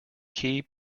key